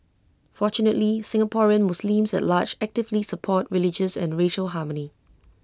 fortunately Singaporean Muslims at large actively support religious and racial harmony